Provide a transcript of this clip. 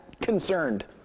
concerned